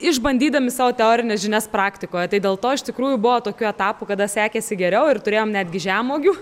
išbandydami savo teorines žinias praktikoje tai dėl to iš tikrųjų buvo tokių etapų kada sekėsi geriau ir turėjom netgi žemuogių